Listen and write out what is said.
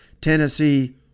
Tennessee